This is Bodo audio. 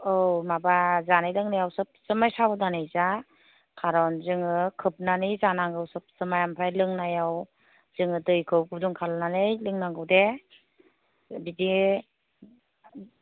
औ माबा जानाय लोंनायाव सोब सोमाय साब'दानै जा खारन जोङो खोबनानै जानांगौ सोब सोमाय ओमफ्राय लोंनायाव जोङो दैखौ गुदुं खालायनानै लोंनांगौ दे बिदि